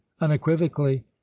unequivocally